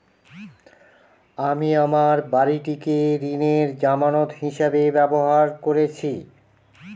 আমি আমার বাড়িটিকে ঋণের জামানত হিসাবে ব্যবহার করেছি